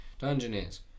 Dungeoneers